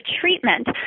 treatment